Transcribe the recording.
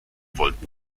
wollten